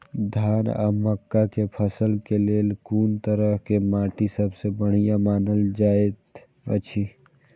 धान आ मक्का के फसल के लेल कुन तरह के माटी सबसे बढ़िया मानल जाऐत अछि?